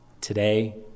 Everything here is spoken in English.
Today